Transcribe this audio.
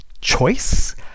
choice